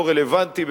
לא רלוונטי.